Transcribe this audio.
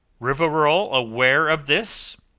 rivarol aware of this?